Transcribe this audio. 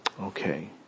Okay